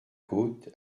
côte